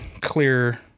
clear